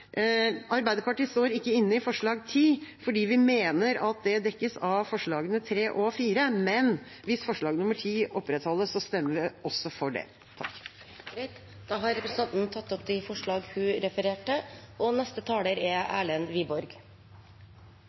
Arbeiderpartiet står ikke inne i forslag nr. 10, fordi vi mener at det dekkes av forslagene nr. 3 og 4. Men hvis forslag nr. 10 opprettholdes, stemmer vi også for det. Representanten Lise Christoffersen har tatt opp de forslagene hun refererte til.